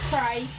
Cry